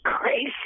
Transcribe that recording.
crazy